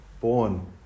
born